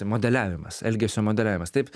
modeliavimas elgesio modeliavimas taip